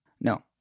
No